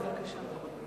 בבקשה.